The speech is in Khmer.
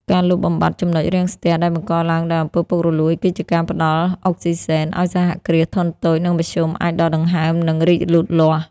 ការលុបបំបាត់ ចំណុចរាំងស្ទះ ដែលបង្កឡើងដោយ អំពើពុករលួយ គឺជាការផ្ដល់ "អុកស៊ីហ្សែន" ឱ្យសហគ្រាសធុនតូច និងមធ្យមអាចដកដង្ហើម និងរីកលូតលាស់។